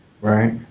right